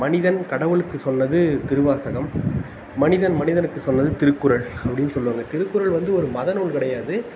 மனிதன் கடவுளுக்கு சொன்னது திருவாசகம் மனிதன் மனிதனுக்கு சொன்னது திருக்குறள் அப்படின்னு சொல்லுவாங்க திருக்குறள் வந்து ஒரு மதநூல் கிடையாது